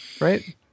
right